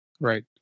right